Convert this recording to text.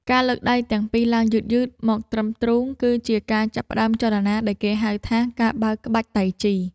ការលើកដៃទាំងពីរឡើងយឺតៗមកត្រឹមទ្រូង គឺជាការចាប់ផ្ដើមចលនាដែលគេហៅថា ការបើកក្បាច់តៃជី។